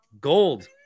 gold